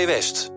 West